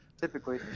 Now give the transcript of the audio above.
Typically